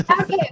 okay